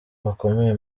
bakomeye